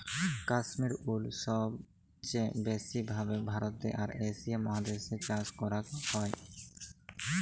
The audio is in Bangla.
কাশ্মির উল সবচে ব্যাসি ভাবে ভারতে আর এশিয়া মহাদেশ এ চাষ করাক হয়ক